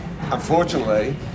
unfortunately